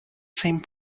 same